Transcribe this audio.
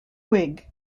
whig